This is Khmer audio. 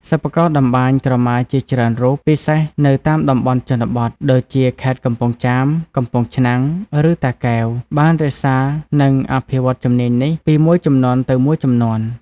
សិប្បករតម្បាញក្រមាជាច្រើនរូប ពិសេសនៅតាមតំបន់ជនបទ ដូចជាខេត្តកំពង់ចាម កំពង់ឆ្នាំង ឬតាកែវ បាន រក្សា និងអភិវឌ្ឍជំនាញនេះ ពីមួយជំនាន់ទៅមួយជំនាន់។